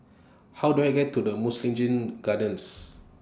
How Do I get to The Mugliston Gardens